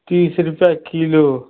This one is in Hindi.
तीस रुपये किलो